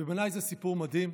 ובעיניי זה סיפור מדהים.